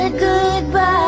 goodbye